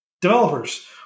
developers